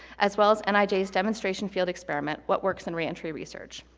as well as and nij's demonstration field experiment, what works in reentry research?